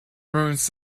ruins